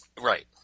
Right